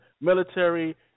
military